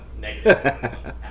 Negative